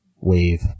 wave